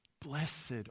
Blessed